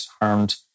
harmed